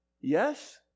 Yes